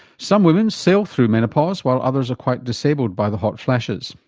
some women sail through menopause while others are quite disabled by the hot flashes.